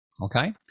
Okay